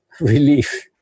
relief